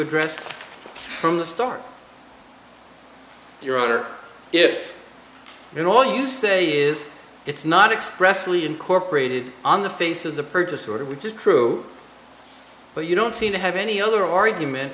address from the start your honor if you know all you say is it's not expressively incorporated on the face of the purchase order which is true but you don't seem to have any other argument